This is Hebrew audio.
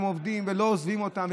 הם עובדים ולא עוזבים אותם.